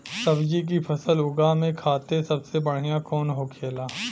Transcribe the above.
सब्जी की फसल उगा में खाते सबसे बढ़ियां कौन होखेला?